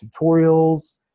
tutorials